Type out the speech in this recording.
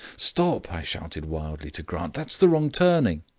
stop! i shouted wildly to grant. that's the wrong turning.